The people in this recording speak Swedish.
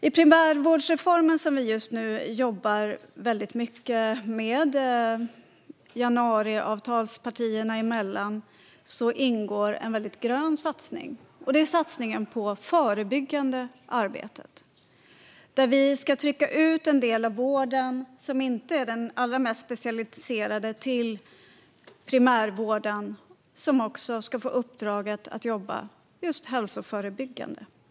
I den primärvårdsreform som januariavtalspartierna just nu jobbar mycket med ingår en väldigt grön satsning. Det är satsningen på det förebyggande arbetet. Vi ska trycka ut den del av vården som inte är den allra mest specialiserade till primärvården, som också ska få uppdraget att jobba just hälsoförebyggande.